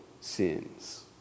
sins